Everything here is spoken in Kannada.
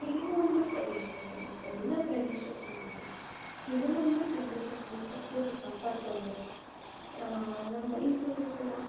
ಕೆಲವೊಂದು ಪ್ರದೇಶದಲ್ಲಿ ಮತ್ತು ಎಲ್ಲ ಪ್ರದೇಶದಲ್ಲನ್ನೋಲ್ಲ ಕೆಲವೊಂದು ಪ್ರದೇಶಗಳು ಸ್ವಚ್ಚತೆ ಕಾಪಾಡಿಕೊಂಡ್ರೆ ನಮ್ಮ ಮೈಸೂರು ಕೂಡ